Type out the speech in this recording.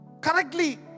correctly